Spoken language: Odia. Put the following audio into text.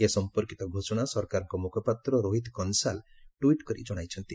ଏ ସମ୍ପର୍କିତ ଘୋଷଣା ସରକାରଙ୍କ ମୁଖପାତ୍ର ରୋହିତ କନ୍ସାଲ ଟ୍ୱିଟ୍ କରି ଜଣାଇଛନ୍ତି